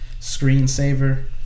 Screensaver